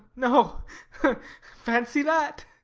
no fancy that!